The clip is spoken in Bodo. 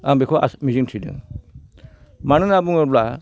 आं बेखौ मिजिंथिदों मानो होन्ना बुङोब्ला